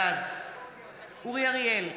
בעד אורי אריאל,